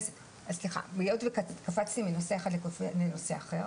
סליחה, היות וקפצתי מנושא אחד לנושא אחר,